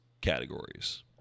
categories